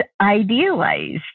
idealized